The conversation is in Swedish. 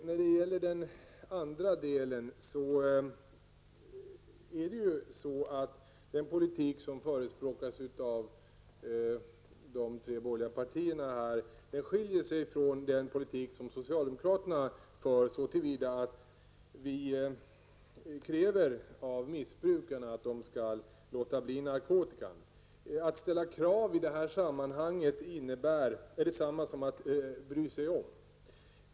När det gäller den andra delen är det ju så att den politik som förespråkats av de borgerliga partierna skiljer sig från den politik som socialdemokraterna för, så till vida att vi kräver av missbrukarna att de skall låta bli narkotikan. Att ställa krav i det här sammanhanget är detsamma som att bry sig om.